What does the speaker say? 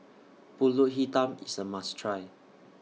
Pulut Hitam IS A must Try